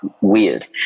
weird